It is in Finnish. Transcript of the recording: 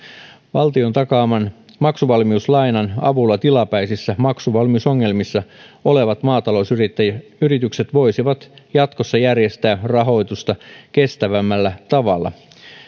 valtion takaaman maksuvalmiuslainan avulla tilapäisissä maksuvalmiusongelmissa olevat maatalousyritykset voisivat jatkossa järjestää rahoitusta kestävämmällä tavalla